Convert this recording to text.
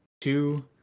two